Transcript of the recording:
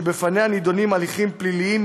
ובפניה נדונים הליכים פליליים,